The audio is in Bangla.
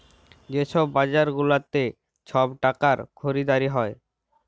যে ছব বাজার গুলাতে ছব টাকার খরিদারি হ্যয়